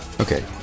Okay